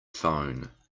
phone